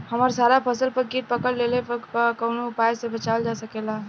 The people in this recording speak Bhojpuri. हमर सारा फसल पर कीट पकड़ लेले बा कवनो उपाय से बचावल जा सकेला?